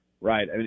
right